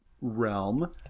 realm